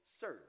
Serve